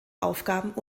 aufgaben